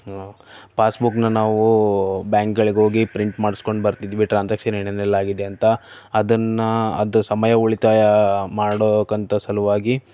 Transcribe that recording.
passbook ನನ್ನ ಓ ಬ್ಯಾಂಕ್ಗಳಿಗೆ ಹೋಗಿ ಪ್ರಿಂಟ್ ಮಾಡಿಸ್ಕೊಂಡು ಬರ್ತಿದ್ವಿ ಟ್ರಾನ್ಸಾಕ್ಷನ್ಸ್ ಏನೇನೆಲ್ಲ ಆಗಿದೆ ಅಂತ ಅದನ್ನು ಅದು ಸಮಯ ಉಳಿತಾಯ ಮಾಡೋಕಂತ ಸಲುವಾಗಿ